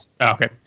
okay